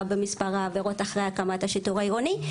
במספר העבירות אחרי הקמת השיטור העירוני.